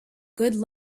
good